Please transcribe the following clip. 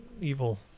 evil